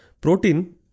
Protein